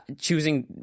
Choosing